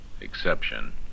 exception